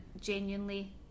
genuinely